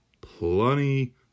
plenty